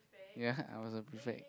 ya I was a prefect